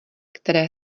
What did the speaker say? které